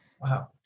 wow